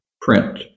print